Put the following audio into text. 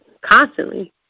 constantly